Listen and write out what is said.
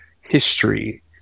history